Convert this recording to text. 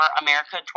America